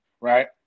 right